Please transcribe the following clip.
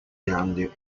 grandi